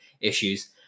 issues